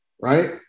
Right